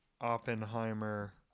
oppenheimer